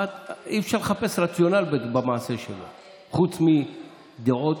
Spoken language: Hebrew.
אי-אפשר לחפש רציונל במעשה שלו חוץ מדעות,